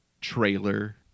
trailer